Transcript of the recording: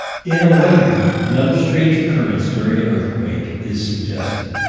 in a way, another strange occurrence during an earthquake is suggested.